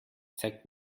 zeigt